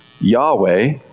Yahweh